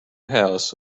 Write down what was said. house